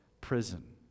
prison